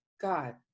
God